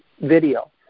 video